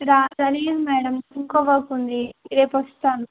రాదని మేడం ఇంకోకర్తి ఉంది రేపు వస్తాను